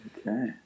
okay